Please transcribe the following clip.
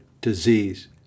disease